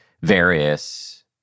various